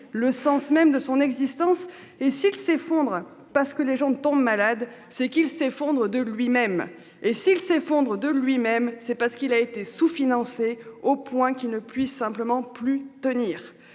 le sens même de son existence et s'il s'effondre parce que les gens ne tombent malades, c'est qu'il s'effondre de lui-même et s'il s'effondre de lui-même c'est pas ce qu'il a été sous-financés au point qu'il ne puisse simplement plus tenir.